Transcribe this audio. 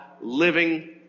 living